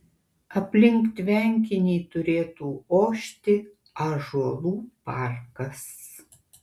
aplink tvenkinį turėtų ošti ąžuolų parkas